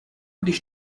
když